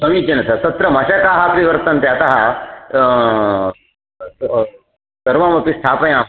समीचीनं तत्र मशकाः अपि वर्तन्ते अतः सर्वमपि स्थापयामः